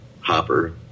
Hopper